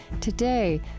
Today